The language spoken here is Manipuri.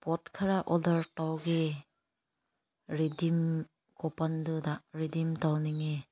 ꯄꯣꯠ ꯈꯔ ꯑꯣꯗꯔ ꯇꯧꯒꯦ ꯔꯤꯗꯤꯝ ꯀꯣꯄꯟꯗꯨꯗ ꯔꯤꯗꯤꯝ ꯇꯧꯅꯤꯡꯉꯦ